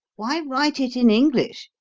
why write it in english?